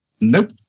Nope